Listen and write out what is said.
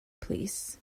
plîs